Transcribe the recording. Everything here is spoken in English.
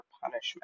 punishment